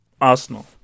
Arsenal